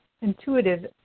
intuitive